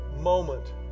moment